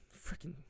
freaking